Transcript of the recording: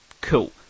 Cool